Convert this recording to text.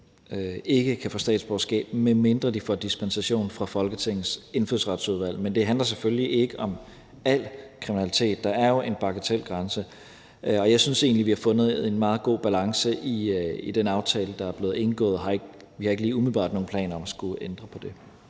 ikke kan få statsborgerskab, medmindre de får dispensation fra Folketingets Indfødsretsudvalg. Men det handler selvfølgelig ikke om al kriminalitet; der er jo en bagatelgrænse. Og jeg synes egentlig, at vi har fundet en meget god balance i den aftale, der er blevet indgået. Vi har ikke lige umiddelbart nogen planer om at skulle ændre på det.